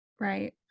Right